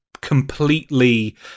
completely